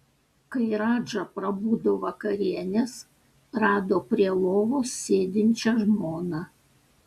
kai radža pabudo vakarienės rado prie lovos sėdinčią žmoną